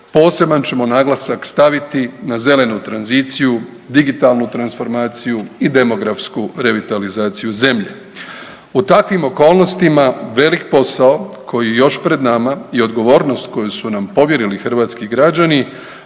poseban ćemo naglasak staviti na zelenu tranziciju, digitalnu transformaciju i demografsku revitalizaciju zemlje. U takvim okolnostima velik posao koji je još pred nama i odgovornost koju su nam povjerili hrvatski građani,